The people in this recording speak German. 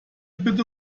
bitte